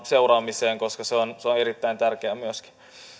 seuraamiseen koska se on erittäin tärkeää myöskin